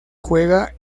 juega